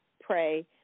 pray